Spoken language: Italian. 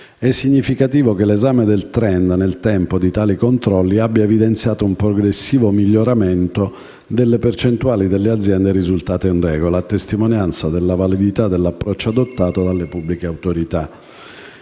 È significativo che l'esame del *trend* nel tempo di tali controlli abbia evidenziato un progressivo miglioramento delle percentuali delle aziende risultate in regola, a testimonianza della validità dell'approccio adottato dalle pubbliche autorità.